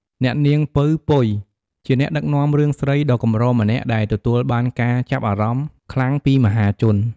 អ្នកនាង ពៅ ពុយ ជាអ្នកដឹកនាំរឿងស្រីដ៏កម្រម្នាក់ដែលទទួលបានការចាប់អារម្មណ៍ខ្លាំងពីមហាជន។